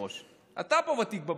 אתה פה ותיק בבית הזה, לא?